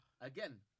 Again